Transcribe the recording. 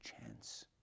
chance